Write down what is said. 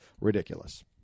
ridiculous